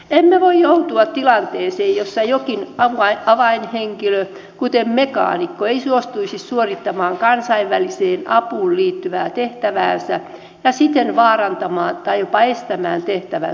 emme voi joutua tilanteeseen jossa joku avainhenkilö kuten mekaanikko ei suostuisi suorittamaan kansainväliseen apuun liittyvää tehtäväänsä ja siten vaarantaisi tai jopa estäisi tehtävän suorittamisen